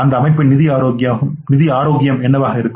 அந்த அமைப்பின் நிதி ஆரோக்கியம் என்னவாக இருக்கும்